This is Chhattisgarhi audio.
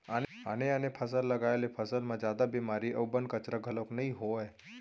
आने आने फसल लगाए ले फसल म जादा बेमारी अउ बन, कचरा घलोक नइ होवय